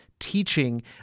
Teaching